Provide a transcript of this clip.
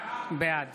בעד